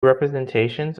representations